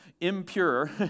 impure